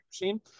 machine